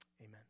amen